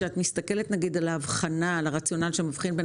וכשאת מסתכלת על הרציונל שמבחין בין